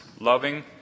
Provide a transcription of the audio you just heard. loving